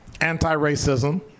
anti-racism